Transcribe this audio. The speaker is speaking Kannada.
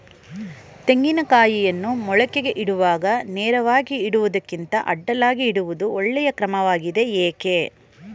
ತೆಂಗಿನ ಕಾಯಿಯನ್ನು ಮೊಳಕೆಗೆ ಇಡುವಾಗ ನೇರವಾಗಿ ಇಡುವುದಕ್ಕಿಂತ ಅಡ್ಡಲಾಗಿ ಇಡುವುದು ಒಳ್ಳೆಯ ಕ್ರಮವಾಗಿದೆ ಏಕೆ?